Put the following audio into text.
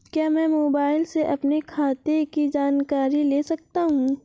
क्या मैं मोबाइल से अपने खाते की जानकारी ले सकता हूँ?